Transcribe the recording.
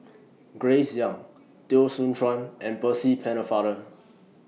Grace Young Teo Soon Chuan and Percy Pennefather